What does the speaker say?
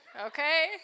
Okay